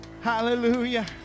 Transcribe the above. hallelujah